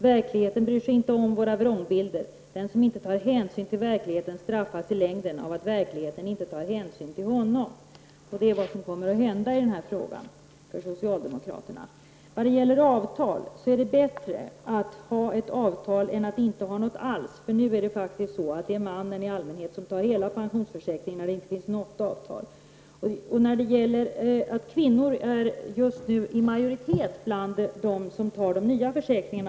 Verkligheten bryr sig inte om våra vrångbilder. Den som inte tar hänsyn till verkligheten straffas i längden av att verkligheten inte tar hänsyn till honom.” Det är vad som kommer att hända för socialdemokraterna i denna fråga. Det är bättre att ha ett avtal än att inte ha något alls, eftersom det i allmänhet är mannen som, när det inte finns något avtal, tar hela pensionsförsäkringen. Lennart Andersson har alldeles rätt i att kvinnor just nu är i majoritet bland dem som tar nya försäkringar.